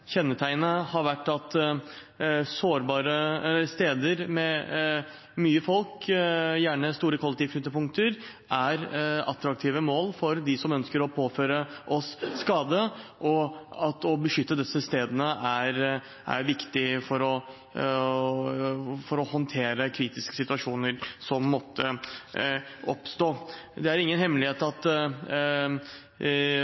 kjennetegnet har vært at sårbare steder med mye folk, gjerne store kollektivknutepunkter, er attraktive mål for dem som ønsker å påføre oss skade. Det er viktig å beskytte disse stedene for å kunne håndtere kritiske situasjoner som måtte oppstå. Det er ingen hemmelighet